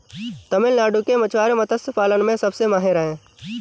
तमिलनाडु के मछुआरे मत्स्य पालन में सबसे माहिर हैं